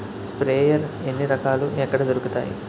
Sprayer ఎన్ని రకాలు? ఎక్కడ దొరుకుతాయి?